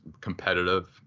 competitive